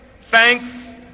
thanks